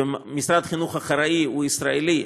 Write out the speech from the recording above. ומשרד החינוך האחראי הוא ישראלי,